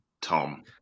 tom